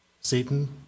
Satan